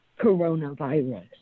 Coronavirus